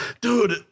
Dude